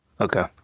Okay